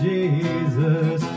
Jesus